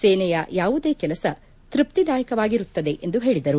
ಸೇನೆಯ ಯಾವುದೇ ಕೆಲಸ ತ್ಪಪ್ತಿದಾಯಕವಾಗಿರುತ್ತದೆ ಎಂದು ಹೇಳಿದರು